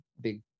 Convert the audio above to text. big